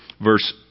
Verse